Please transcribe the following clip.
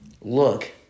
look